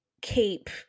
keep